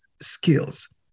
skills